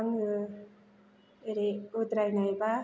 आङो ओरै उद्रायनायबा